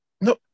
No